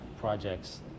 projects